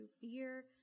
fear